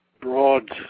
broad